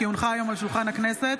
כי הונחה היום על שולחן הכנסת,